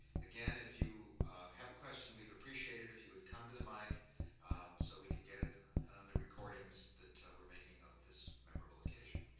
again, if you have a question, we'd appreciate if you would come to the mic so we could get it on the recordings that we're making of this memorable occasion.